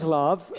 love